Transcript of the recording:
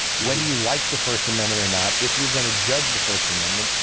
whether you like the first amendment or not, if you're going to judge the first amendment.